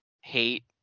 hate